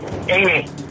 Amy